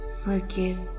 forgive